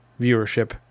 viewership